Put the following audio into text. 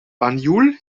banjul